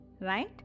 right